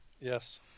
Yes